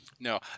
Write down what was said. No